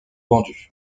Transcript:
vendus